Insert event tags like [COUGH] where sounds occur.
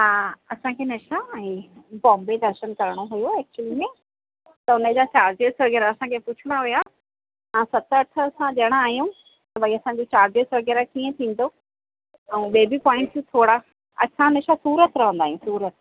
हा असांखे [UNINTELLIGIBLE] बॉम्बे दर्शन करणो हुयो एक्चुली में त उनजा चार्जेस वग़ैरह असांखे पुछणा हुया असां सत अठ असां ॼणा आहियूं त भाई असांजो चार्जेस वग़ैरह कीअं थींदो ऐं ॿिए बि पॉइंटू थोरा असां मेशा सूरत रहंदा आहियूं सूरत